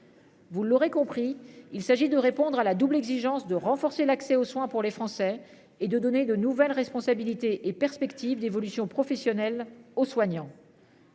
Vous l'aurez compris, il s'agit de répondre à la double exigence de renforcer l'accès aux soins pour les Français et de donner de nouvelles responsabilités et perspectives d'évolution professionnelle aux soignants.